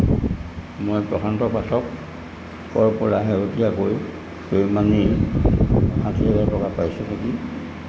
মই প্ৰশান্ত পাঠকৰপৰা শেহতীয়াকৈ পেইউমানিত ষাঠি হাজাৰ টকা পাইছোঁ নেকি